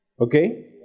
Okay